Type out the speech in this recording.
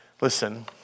Listen